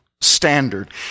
standard